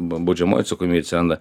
b baudžiamoji atsakomybė atsiranda